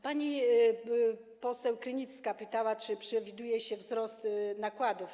Pani poseł Krynicka pytała, czy przewiduje się wzrost nakładów.